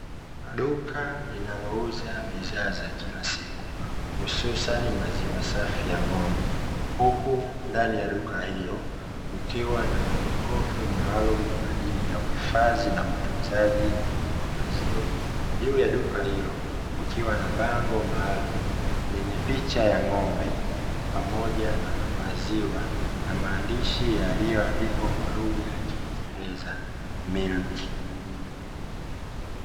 Duka linalouza bidhaa za kila siku hususani maziwa safi ya ng'ombe, huku ndani ya duka hilo kukiwa na majokofu maalumu kwa ajili ya uhifadhi na utunzaji wa maziwa. Juu ya duka hilo kukiwa na bango maalumu lenye picha ya ng'ombe pamoja na maziwa na maandishi yaliyoandikwa kwa lugha ya Kiingereza "Milk".